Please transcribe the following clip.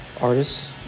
artists